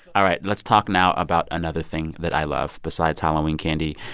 all right, let's talk now about another thing that i love besides halloween candy,